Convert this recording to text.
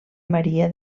maria